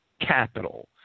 capital